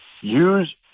use